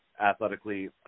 athletically